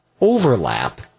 overlap